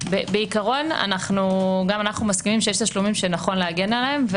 בעיקרון גם אנחנו מסכימים שיש תשלומים שנכון להגן עליהם.